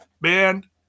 man